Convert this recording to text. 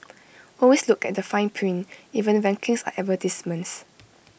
always look at the fine print even rankings are advertisements